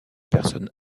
personnes